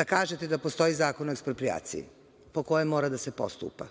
Da kažete da postoji Zakon o eksproprijaciji po kojem mora da se postupa.